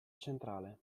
centrale